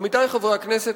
עמיתי חברי הכנסת,